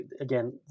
again